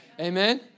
Amen